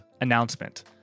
Announcement